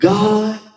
God